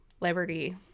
Liberty